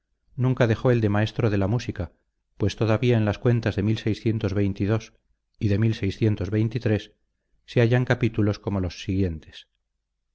nunca dejó el de maestro de la de música pues todavía en las cuentas de y de se hallan capítulos como los siguientes